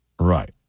right